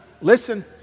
listen